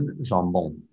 jambon